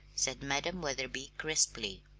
said madam wetherby crisply.